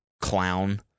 clown